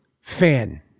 fan